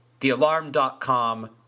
Thealarm.com